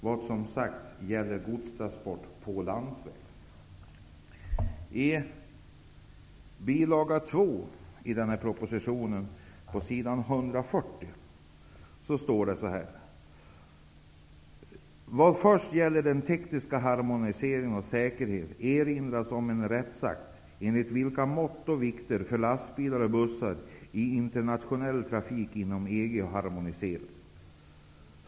Vad nu sagts gäller godstransport på landsväg.'' I bilaga 2 står det på sid. 140: ''Vad först gäller teknisk harmonisering och säkerhet erinras om en rättsakt enligt vilken mått och vikter för lastbilar och bussar i internationell trafik inom EG har harmoniserats.